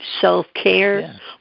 self-care